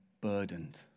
burdened